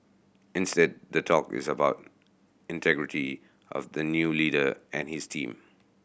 instead the talk is about integrity of the new leader and his team